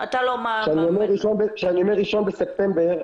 כשאני אומר 1 בספטמבר,